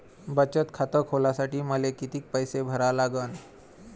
बचत खात खोलासाठी मले किती पैसे भरा लागन?